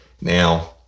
Now